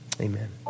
amen